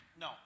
No